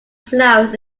flowers